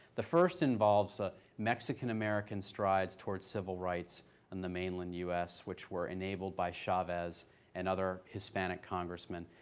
the first involves ah mexican american strides towards civil rights in and the mainland u s. which were enabled by chavez and other hispanic congressmen.